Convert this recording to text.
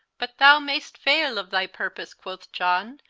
but thou mayst fayle of thy purpose, quoth john,